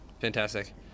fantastic